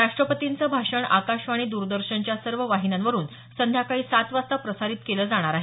राष्ट्रपतींचं भाषण आकाशवाणी द्रदर्शनच्या सर्व वाहिन्यांवरुन संध्याकाळी सात वाजता प्रसारित केलं जाणार आहे